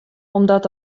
omdat